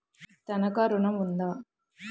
తనఖా ఋణం ఉందా?